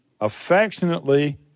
affectionately